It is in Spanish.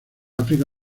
áfrica